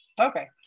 Okay